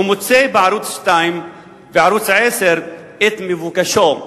הוא מוצא בערוץ-2 ובערוץ-10 את מבוקשו,